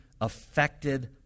affected